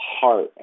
heart